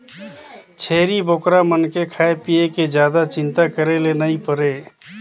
छेरी बोकरा मन के खाए पिए के जादा चिंता करे ले नइ परे